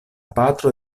patro